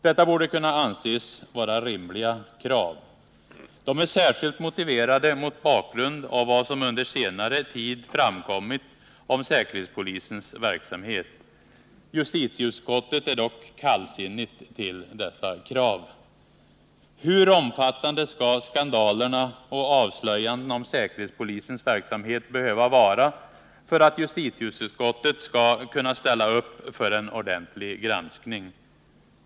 Detta borde kunna anses som rimliga krav. De är särskilt motiverade mot bakgrund av vad som under senare tid framkommit om säkerhetspolisens verksamhet. Justitieutskottet är dock kallsinnigt till dessa krav. Hur omfattande skall skandalerna och avslöjandena om säkerhetspolisens verksamhet behöva vara för att justitieutskottet skall kunna ställa upp för en ordentlig granskning?